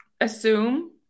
assume